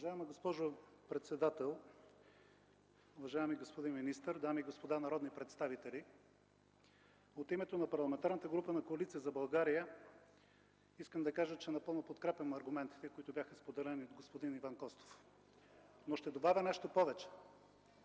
Уважаема госпожо председател, уважаеми господин министър, дами и господа народни представители! От името на Парламентарната група на Коалиция за България искам да кажа, че напълно подкрепям аргументите, споделени от господин Иван Костов, но ще добавя нещо повече.